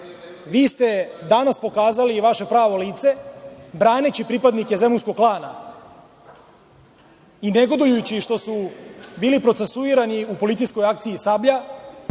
ste danas pokazali i vaše pravo lice braneći pripadnike zemunskog klana i negodujući što su bili procesuirani u policijskoj akciji „Sablja“